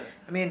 I mean